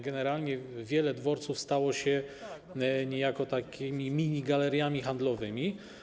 Generalnie wiele dworców stało się niejako takimi minigaleriami handlowymi.